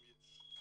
אם יש,